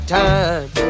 time